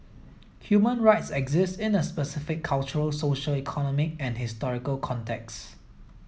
human rights exist in a specific cultural social economic and historical contexts